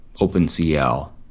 OpenCL